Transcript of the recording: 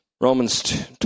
Romans